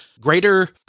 greater